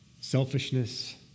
selfishness